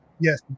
Yes